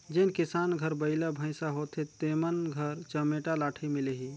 जेन किसान घर बइला भइसा होथे तेमन घर चमेटा लाठी मिलही